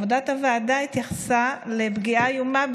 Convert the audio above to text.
עבודת הוועדה התייחסה לפגיעה האיומה,